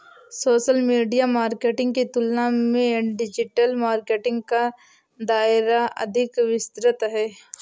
social media marketing की तुलना में डिजिटल मार्केटिंग का दायरा अधिक विस्तृत है